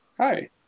Hi